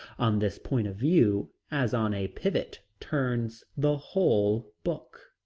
on this point of view as on a pivot turns the whole book.